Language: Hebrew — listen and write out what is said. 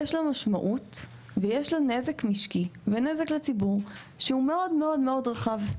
יש לה משמעות ויש לה נזק משקי ונזק לציבור שהוא מאוד מאוד רחב,